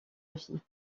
vie